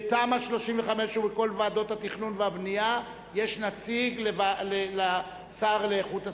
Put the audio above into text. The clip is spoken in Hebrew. בתמ"א 35 ובכל ועדות התכנון והבנייה יש נציג לשר לאיכות הסביבה.